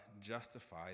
justify